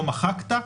לא מחקת,